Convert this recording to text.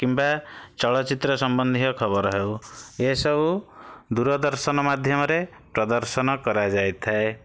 କିମ୍ୱା ଚଳଚ୍ଚିତ୍ର ସମ୍ବନ୍ଧୀୟ ଖବର ହେଉ ଏ ସବୁ ଦୂରଦର୍ଶନ ମାଧ୍ୟମରେ ପ୍ରଦର୍ଶନ କରାଯାଇଥାଏ